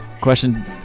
Question